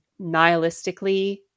nihilistically